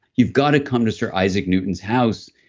you've got to come to sir isaac newton's house.